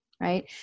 right